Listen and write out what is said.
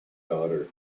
daughter